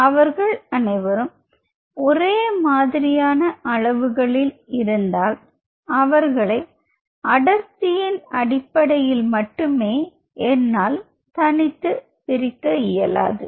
ஆனால் அவர்கள் அனைவரும் ஒரே மாதிரியான அளவுகளில் இருந்தால் அவர்களை அடர்த்தியின் அடிப்படையில் என்னால் தனித்துப் பிரிக்க இயலாது